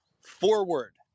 forward